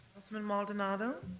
councilman maldonado.